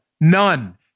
none